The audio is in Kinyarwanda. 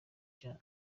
cyane